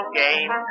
game